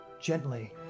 gently